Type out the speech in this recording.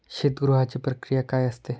शीतगृहाची प्रक्रिया काय असते?